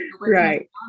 right